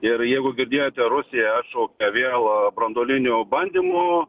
ir jeigu girdėjote rusija atšaukė vėl branduolinio bandymo